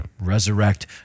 resurrect